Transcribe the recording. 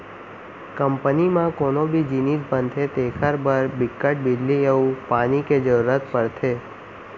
company म कोनो भी जिनिस बनथे तेखर बर बिकट बिजली अउ पानी के जरूरत परथे